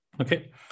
Okay